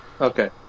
Okay